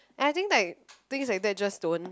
and I think like things like that just don't